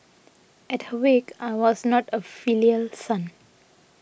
at her wake I was not a filial son